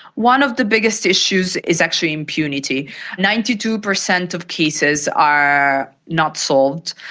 one of the biggest issues is actually impunity ninety two percent of cases are not solved,